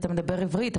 אתה מדבר עברית,